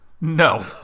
no